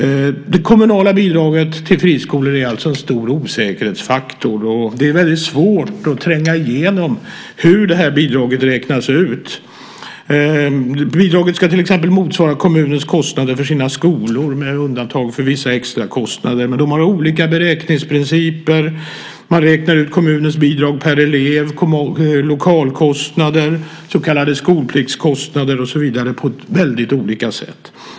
Det kommunala bidraget till friskolor är alltså en stor osäkerhetsfaktor. Det är väldigt svårt att tränga igenom hur bidraget räknas ut. Bidraget ska motsvara kommunens kostnader för sina skolor, med undantag för vissa extrakostnader, men man har olika beräkningsprinciper. Man räknar ut kommunens bidrag per elev, lokalkostnader, så kallade skolpliktskostnader och så vidare på väldigt olika sätt.